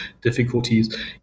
difficulties